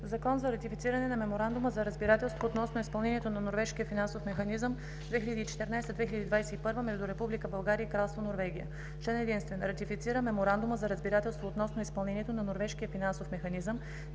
„ЗАКОН за ратифициране на Меморандума за разбирателство относно изпълнението на Норвежкия финансов механизъм 2014 – 2021 между Република България и Кралство Норвегия Член единствен. Ратифицира Меморандума за разбирателство относно изпълнението на Норвежкия финансов механизъм